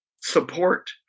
support